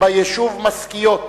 אם יהיו הסתייגויות,